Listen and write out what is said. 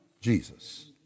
Jesus